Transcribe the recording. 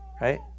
right